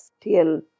till